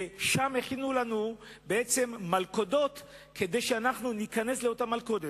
ושם הכינו לנו מלכודות כדי שניכנס אליהן,